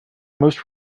most